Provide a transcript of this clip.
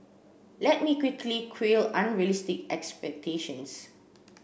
let me quickly quell unrealistic expectations